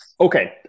Okay